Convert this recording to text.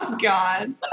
God